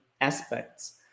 aspects